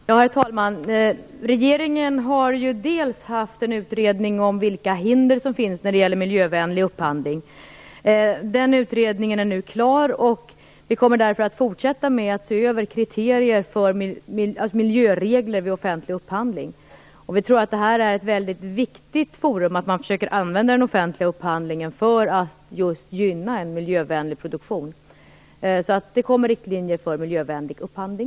Herr talman! Regeringen har ju haft en utredning om vilka hinder som finns när det gäller miljövänlig upphandling. Den är nu klar, och vi kommer att fortsätta att se över kriterierna gällande miljöregler vid offentlig upphandling. Vi tror att det är väldigt viktigt att försöka använda den offentliga upphandlingen till att gynna en miljövänlig produktion. Det kommer alltså att komma riktlinjer för miljövänlig upphandling.